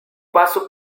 paso